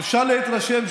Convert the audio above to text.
לדעתי,